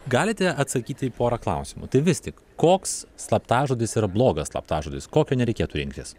galite atsakyti į porą klausimų tai vis tik koks slaptažodis yra blogas slaptažodis kokio nereikėtų rinktis